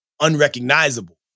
unrecognizable